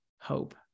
hope